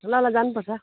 ल ल जानुपर्छ